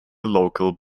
local